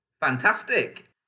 Fantastic